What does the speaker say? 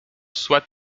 soit